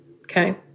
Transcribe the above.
Okay